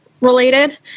related